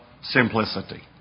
Simplicity